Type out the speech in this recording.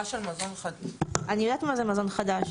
ההגדרה של מזון חדש היא --- אני יודעת מה זה מזון חדש.